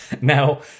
Now